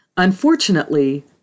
Unfortunately